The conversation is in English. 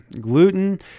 gluten